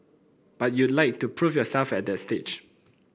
but you'd like to prove yourself at that stage